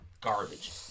garbage